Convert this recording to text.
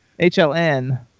HLN